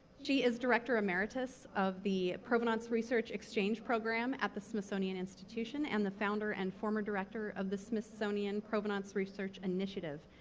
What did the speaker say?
she is director emeritus of the provenance research exchange program at the smithsonian institution and the founder and former director of the smithsonian provenance research initiative,